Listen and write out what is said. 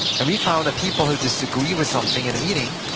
and we found that people who disagree with something in a meeting,